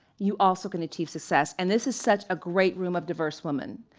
you also can achieve success. and this is such a great room of diverse women.